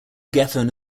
geffen